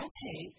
Okay